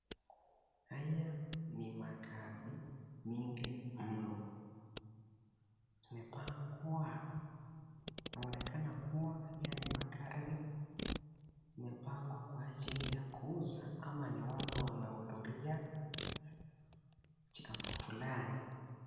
Haya ni magari mingi mno, imepangwa kuonekana kuwa haya ni magari imepangwa kwa ajili ya kuuza ama ni watu wamehudhuria jikambo fulani.